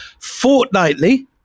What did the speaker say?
fortnightly